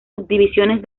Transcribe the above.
subdivisiones